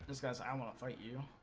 because i'm all for you